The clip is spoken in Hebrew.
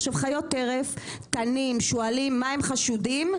עכשיו חיות טרף, תנים, שועלים, מה הם חשודים?